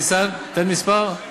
היא, ניסן, תן מספר,